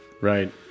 Right